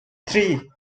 three